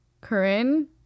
Corinne